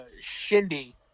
shindy